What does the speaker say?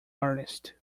artist